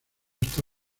está